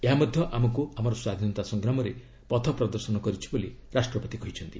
ଏହାମଧ୍ୟ ଆମକୁ ଆମର ସ୍ୱାଧୀନତା ସଂଗ୍ରାମରେ ପଥ ପ୍ରଦର୍ଶନ କରିଛି ବୋଲି ରାଷ୍ଟ୍ରପତି କହିଛନ୍ତି